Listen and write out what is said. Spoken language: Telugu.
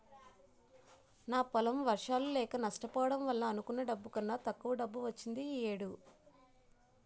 నా పొలం వర్షాలు లేక నష్టపోవడం వల్ల అనుకున్న డబ్బు కన్నా తక్కువ డబ్బు వచ్చింది ఈ ఏడు